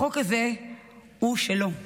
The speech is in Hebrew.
החוק הזה הוא שלו,